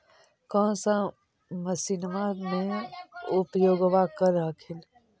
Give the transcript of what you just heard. कौन सा मसिन्मा मे उपयोग्बा कर हखिन?